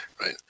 Right